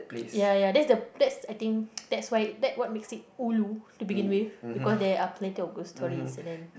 ya ya that's the that's I think that's why that what makes it ulu to begin with because there are plenty of ghost story and then